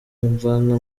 mvana